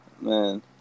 Man